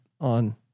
on